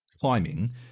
climbing